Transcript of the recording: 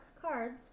Cards